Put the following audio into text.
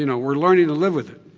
you know we're learning to live with it.